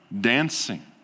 dancing